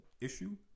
issue